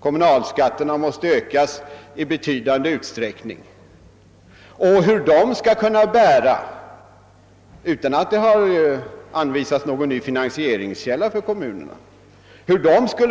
Kommunalskatterna måste ökas i betydande grad, och det är svårt att inse hur kommunerna skall